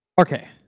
Okay